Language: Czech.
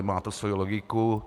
Má to svoji logiku.